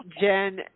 Jen